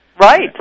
Right